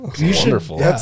wonderful